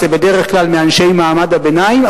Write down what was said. זה בדרך כלל מאנשי מעמד הביניים,